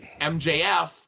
MJF